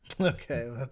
Okay